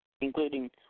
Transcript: including